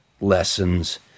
lessons